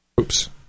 Oops